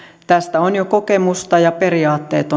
tästä on jo kokemusta ja periaatteet